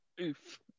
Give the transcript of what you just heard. Oof